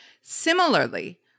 Similarly